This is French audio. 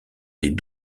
des